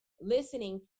listening